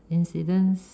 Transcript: incidents